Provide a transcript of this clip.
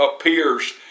appears